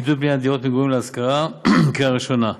(עידוד בניית דירות מגורים להשכרה), קריאה ראשונה.